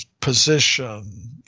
position